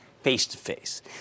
face-to-face